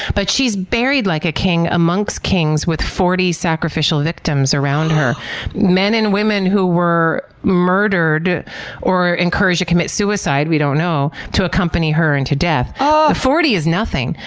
but she's buried like a king amongst kings with forty sacrificial victims around her men and women who were murdered or encourage to commit suicide we don't know to accompany her into death. forty is nothing.